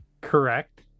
correct